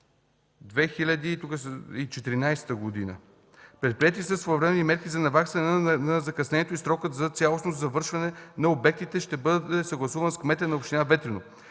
2014 г. Предприети са своевременни мерки за наваксване на закъснението и срокът за цялостното завършване на обектите ще бъде съгласуван с кмета на община Ветрино.